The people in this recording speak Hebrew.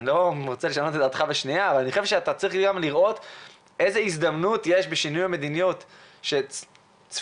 גם לראות איזו הזדמנות יש בשינוי המדיניות שצפויה,